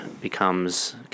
becomes